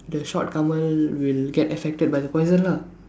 the short Kamal will get affected by the poison lah